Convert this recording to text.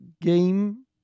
game